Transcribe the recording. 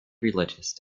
religious